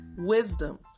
Wisdom